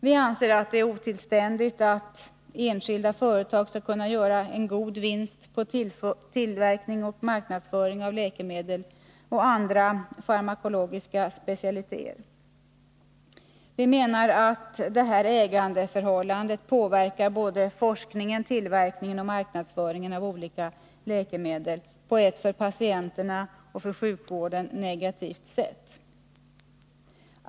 Vi anser att det är otillständigt att enskilda företag skall kunna göra god vinst på tillverkning och marknadsföring av läkemedel och andra farmakologiska specialiteter. Vi menar att detta ägandeförhållande påverkar både forskning, tillverkning och marknadsföring av olika läkemedel på ett för patienterna och sjukvården negativt sätt.